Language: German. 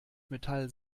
metall